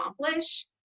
accomplish